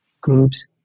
groups